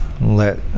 let